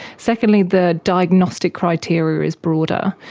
secondly, the diagnostic criteria is broader,